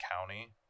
County